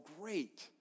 great